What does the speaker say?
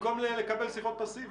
במקום לקבל שיחות באופן פסיבי.